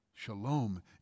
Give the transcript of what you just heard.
Shalom